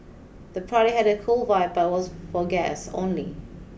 the party had a cool vibe but was for guests only